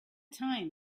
time